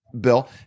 bill